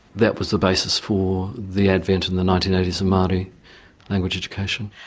that was the basis for the advent in the nineteen eighty s of maori language education.